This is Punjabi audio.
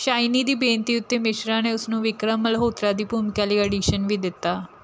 ਸ਼ਾਇਨੀ ਦੀ ਬੇਨਤੀ ਉੱਤੇ ਮਿਸ਼ਰਾ ਨੇ ਉਸ ਨੂੰ ਵਿਕਰਮ ਮਲਹੋਤਰਾ ਦੀ ਭੂਮਿਕਾ ਲਈ ਅਡੀਸ਼ਨ ਵੀ ਦਿੱਤਾ